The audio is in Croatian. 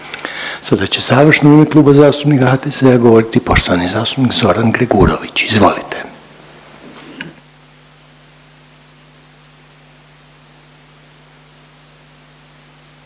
Sada će završno u ime Kluba zastupnika HDZ-a govoriti poštovani zastupnik Zoran Gregurović. Izvolite.